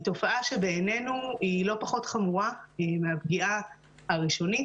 תופעה שבעינינו היא לא פחות חמורה מהפגיעה הראשונית,